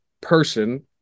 person